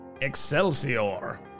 Excelsior